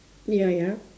ya ya